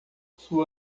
sua